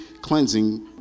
cleansing